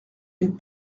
une